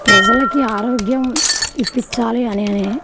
ప్రజలకి ఆరోగ్యం ఇప్పించాలి అని అని